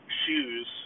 shoes